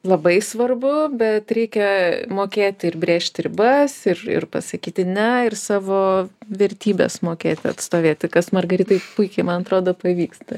labai svarbu bet reikia mokėti ir brėžt ribas ir ir pasakyti ne ir savo vertybes mokėti atstovėti kas margaritai puikiai man atrodo pavyksta